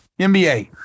NBA